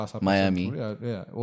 Miami